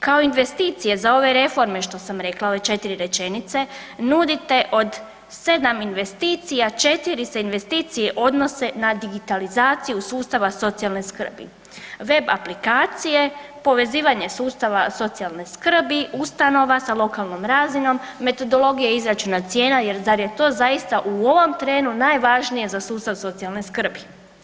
Kao investicije za ove reforme što sam rekla ove četiri rečenice, nudite od sedam investicija četiri se investicije se odnose na digitalizaciju sustava socijalne skrbi, web aplikacije, povezivanje sustava socijalne skrbi, ustanova sa lokalnom razinom, metodologije izračuna cijena jer zar je to zaista u ovom trenu najvažnije za ustav socijalne skrbi?